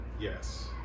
Yes